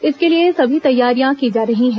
इसके लिए सभी तैयारियां की जा रही हैं